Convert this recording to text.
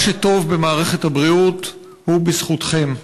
מה שטוב במערכת הבריאות הוא בזכותכם,